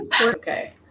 Okay